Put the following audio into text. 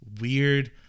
weird